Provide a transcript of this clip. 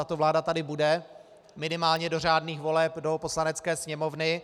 Tato vláda tady bude minimálně do řádných voleb do Poslanecké sněmovny.